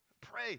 Pray